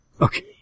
Okay